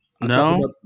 No